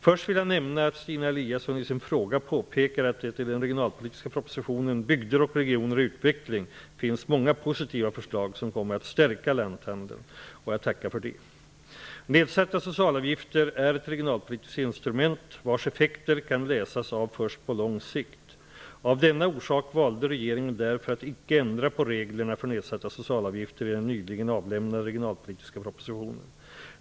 Först vill jag nämna att Stina Eliasson i sin fråga påpekar att det i den regionalpolitiska propositionen Bygder och regioner i utveckling finns många positiva förslag som kommer att stärka lanthandeln. Jag tackar för det betyget. Nedsatta socialavgifter är ett regionalpolitiskt instrument, vars effekter kan läsas av först på lång sikt. Av denna orsak valde regeringen att inte ändra på reglerna för nedsatta socialavgifter i den nyligen avlämnade regionalpolitiska propositionen.